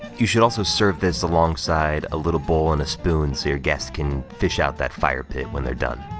you should also serve this alongside a little bowl and a spoon, so your guests can fish out that fire pit when they're done.